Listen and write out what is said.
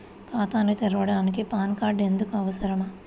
ఖాతాను తెరవడానికి PAN card ఎందుకు అవసరము?